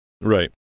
Right